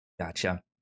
gotcha